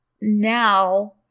now